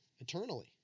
eternally